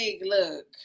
look